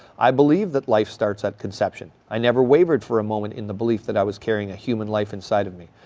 i believe that life starts at conception. i never wavered for a moment in the belief that i was carrying a human life inside of me.